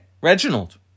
Reginald